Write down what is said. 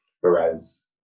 Whereas